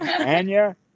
Anya